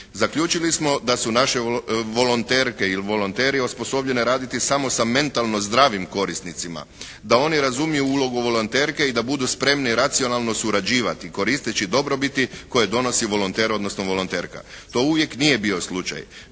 Zaključili smo da su naše volonterke ili volonteri osposobljene raditi samo sa mentalno zdravim korisnicima. Da oni razumiju ulogu volonterke i da budu spremni racionalno surađivati koristeći dobrobiti koje donosi volonter odnosno volonterka. To uvijek nije bio slučaj.